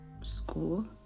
School